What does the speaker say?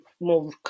more